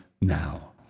now